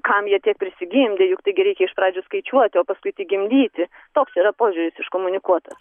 kam jie tiek prisigimdė juk taigi reikia iš pradžių skaičiuoti o paskui tik gimdyti toks yra požiūris iškomunikuoti